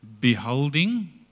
beholding